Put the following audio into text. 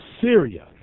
Syria